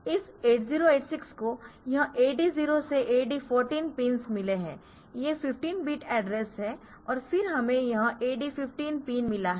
इस 8086 को यह AD0 से AD14 पिन्स मिले है ये 15 बिट एड्रेस है और फिर हमें यह AD15 पिन मिला है